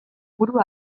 buru